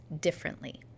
differently